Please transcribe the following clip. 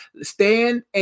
Stand